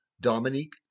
Dominique